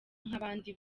nk’abandi